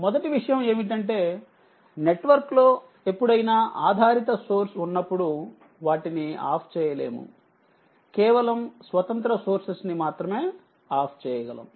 మొదటి విషయం ఏమిటంటే నెట్వర్క్లోఎప్పుడైనా ఆధారిత సోర్స్ఉన్నప్పుడు వాటిని ఆఫ్ చేయలేము కేవలం స్వతంత్ర సోర్సెస్ ని మాత్రమే ఆఫ్ చేయగలం